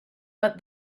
but